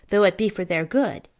though it be for their good,